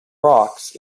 rocks